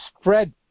spread